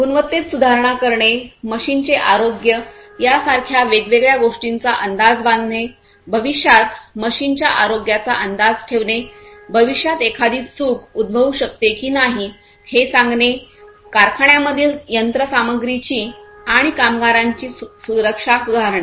गुणवत्तेत सुधारणा करणे मशीनचे आरोग्य यासारख्या वेगवेगळ्या गोष्टींचा अंदाज बांधणे भविष्यात मशीनच्या आरोग्याचा अंदाज ठेवणे भविष्यात एखादी चूक उद्भवू शकते की नाही हे सांगणे कारखान्यांमधील यंत्रसामग्रीची आणि कामगारांची सुरक्षा सुधारणे